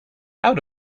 out